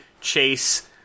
chase